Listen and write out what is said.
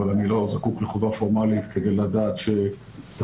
אבל אני לא זקוק לחובה פורמלית כדי לדעת שתפקידנו